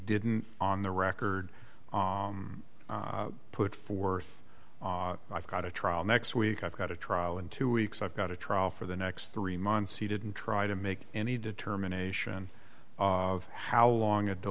didn't on the record put forth i've got a trial next week i've got a trial in two weeks i've got a trial for the next three months he didn't try to make any determination of how long